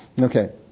Okay